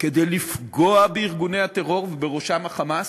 כדי לפגוע בארגוני הטרור ובראשם ה"חמאס",